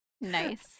Nice